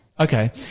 Okay